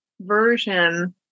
version